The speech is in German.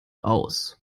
aus